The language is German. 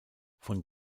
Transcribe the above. von